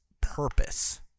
purpose